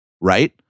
right